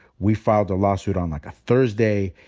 we filed the lawsuit on, like, a thursday.